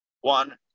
One